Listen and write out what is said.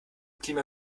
klima